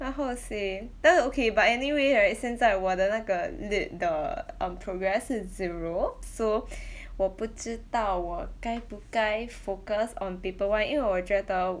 ah how to say 但 okay but anyway right 现在我的那个 lit 的 um progress 是 zero so 我不知道我该不该 focus on paper one 因为我觉得